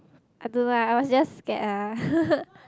I don't know ah I was just scared ah